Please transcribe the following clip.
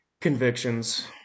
convictions